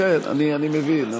כן, אני מבין.